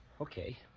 Okay